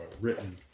written